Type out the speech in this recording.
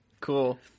Cool